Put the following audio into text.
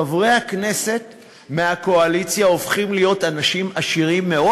חברי הכנסת מהקואליציה הופכים להיות אנשים עשירים מאוד.